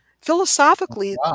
Philosophically